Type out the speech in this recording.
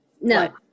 No